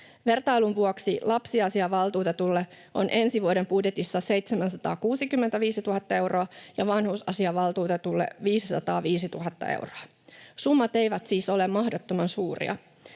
Vertailun vuoksi: lapsiasiavaltuutetulle on ensi vuoden budjetissa 765 000 euroa ja vanhusasiavaltuutetulle 505 000 euroa. Summat eivät siis ole mahdottoman suuria.